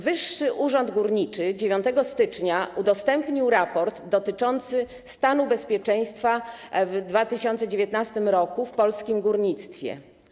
Wyższy Urząd Górniczy 9 stycznia udostępnił raport dotyczący stanu bezpieczeństwa w 2019 r. w polskim górnictwie.